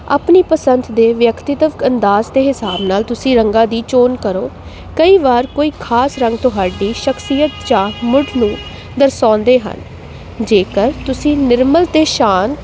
ਆਪਣੀ ਪਸੰਦ ਦੇ ਵਿਅਕਤੀਤਵ ਅੰਦਾਜ਼ ਦੇ ਹਿਸਾਬ ਨਾਲ ਤੁਸੀਂ ਰੰਗਾਂ ਦੀ ਚੋਣ ਕਰੋ ਕਈ ਵਾਰ ਕੋਈ ਖਾਸ ਰੰਗ ਤੁਹਾਡੀ ਸ਼ਖਸੀਅਤ ਜਾਂ ਮੁੜ ਨੂੰ ਦਰਸਾਉਂਦੇ ਹਨ ਜੇਕਰ ਤੁਸੀਂ ਨਿਰਮਲ ਅਤੇ ਸ਼ਾਂਤ